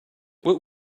what